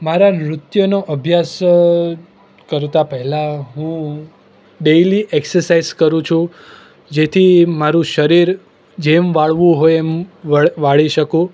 મારાં નૃત્યનો અભ્યાસ કરતાં પહેલાં હું ડેઈલી એક્સસાઈજ કરું છું જેથી મારૂં શરીર જેમ વાળવું હોય એમ વાળી શકું